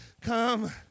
Come